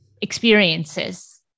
experiences